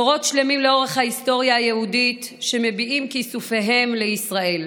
דורות שלמים לאורך ההיסטוריה היהודית מביעים כיסופיהם לישראל.